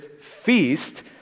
feast